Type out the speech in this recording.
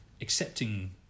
accepting